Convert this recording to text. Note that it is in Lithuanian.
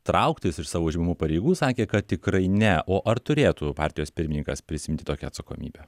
trauktis iš savo užimamų pareigų sakė kad tikrai ne o ar turėtų partijos pirmininkas prisiimti tokią atsakomybę